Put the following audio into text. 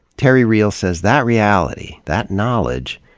terry real says that reality, that knowledge,